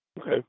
Okay